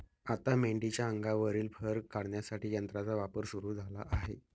आता मेंढीच्या अंगावरील फर काढण्यासाठी यंत्राचा वापर सुरू झाला आहे